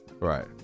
Right